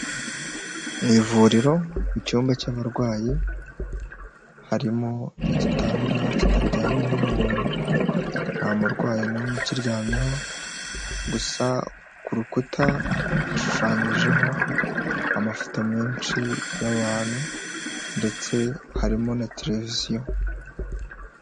Mu ivuriro mu cyumba cy'abarwayi harimo igitanda kitaryamyeho umuntu, nta murwayi n'umwe ukiryamyeho, gusa ku rukuta hashushanyijeho amafoto menshi y'abantu ndetse harimo na televiziyo.